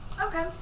Okay